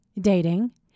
dating